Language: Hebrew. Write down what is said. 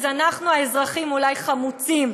אז אנחנו האזרחים אולי חמוצים,